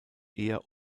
eher